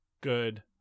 good